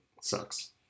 sucks